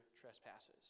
trespasses